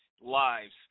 lives